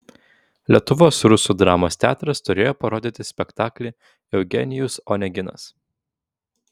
lietuvos rusų dramos teatras turėjo parodyti spektaklį eugenijus oneginas